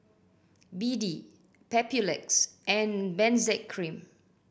B D Papulex and Benzac Cream